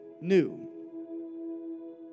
new